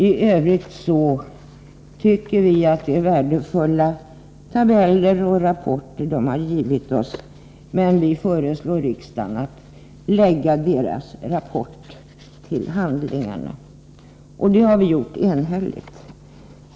I övrigt tycker vi att det är värdefulla tabeller och rapporter de har givit oss, men vi föreslår riksdagen att lägga deras rapport till handlingarna, och det har vi föreslagit enhälligt.